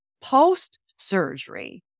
post-surgery